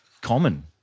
common